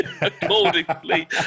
accordingly